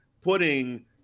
putting